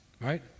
Right